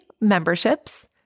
memberships